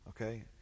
okay